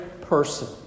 person